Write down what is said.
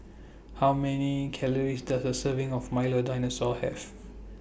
How Many Calories Does A Serving of Milo Dinosaur Have